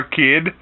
kid